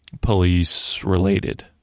police-related